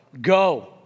Go